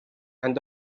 and